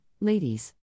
ladies